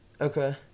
Okay